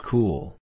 Cool